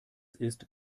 ist